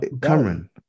Cameron